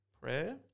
prayer